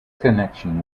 connection